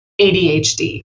ADHD